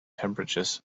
temperatures